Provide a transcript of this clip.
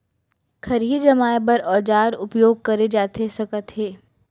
खरही जमाए बर का औजार उपयोग करे जाथे सकत हे?